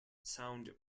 sound